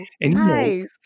nice